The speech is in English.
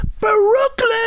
Brooklyn